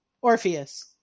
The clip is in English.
Orpheus